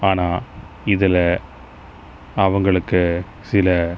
ஆனால் இதில் அவங்களுக்கு சில